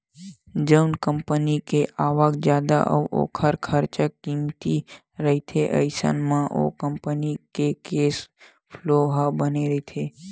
जउन कंपनी के आवक जादा अउ ओखर खरचा कमती रहिथे अइसन म ओ कंपनी के केस फ्लो ह बने रहिथे